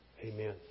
Amen